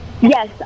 Yes